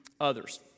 others